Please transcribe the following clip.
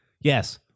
yes